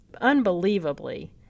Unbelievably